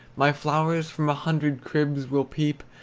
my flowers from a hundred cribs will peep,